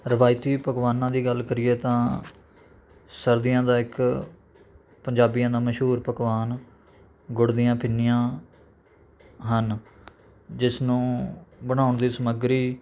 ਰਵਾਇਤੀ ਪਕਵਾਨਾਂ ਦੀ ਗੱਲ ਕਰੀਏ ਤਾਂ ਸਰਦੀਆਂ ਦਾ ਇੱਕ ਪੰਜਾਬੀਆਂ ਦਾ ਮਸ਼ਹੂਰ ਪਕਵਾਨ ਗੁੜ ਦੀਆਂ ਪਿੰਨੀਆਂ ਹਨ ਜਿਸ ਨੂੰ ਬਣਾਉਣ ਦੀ ਸਮੱਗਰੀ